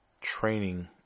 training